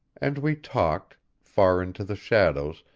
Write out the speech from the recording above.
and we talked, far into the shadows,